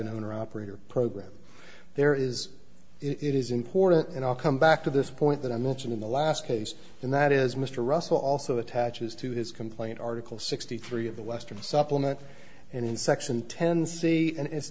an owner operator program there is it is important and i'll come back to this point that i mentioned in the last case and that is mr russell also attaches to his complaint article sixty three of the western supplement and in section ten c and it's